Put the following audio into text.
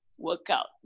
workout